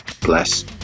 bless